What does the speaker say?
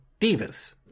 Divas